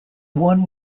one